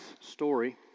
story